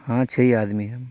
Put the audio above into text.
ہاں چھ ہی آدمی ہیں ہم